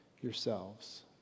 yourselves